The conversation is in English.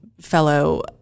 fellow